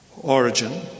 origin